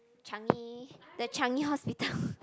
Changi the Changi Hospital